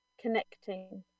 connecting